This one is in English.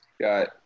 Got